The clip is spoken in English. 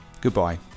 goodbye